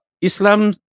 Islam